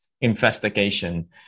investigation